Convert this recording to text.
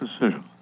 decision